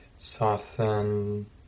Soften